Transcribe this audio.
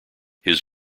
his